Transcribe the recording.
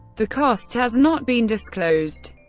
the cost has not been disclosed,